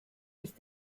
ist